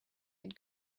had